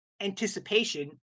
anticipation